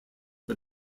but